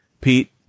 Pete